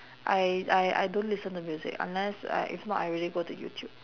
I I I don't listen to music unless I if not I really go to youtube